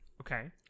Okay